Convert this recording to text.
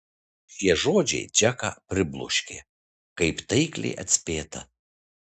šie žodžiai džeką pribloškė kaip taikliai atspėta